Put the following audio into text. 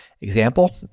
example